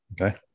Okay